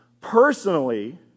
Personally